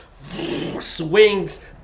Swings